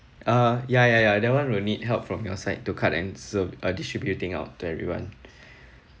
uh ya ya ya that one will need help from your side to cut and serve uh distributing it out to everyone